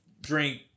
drink